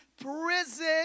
prison